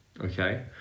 okay